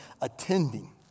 attending